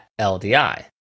LDI